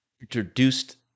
introduced